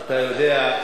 אתה יודע,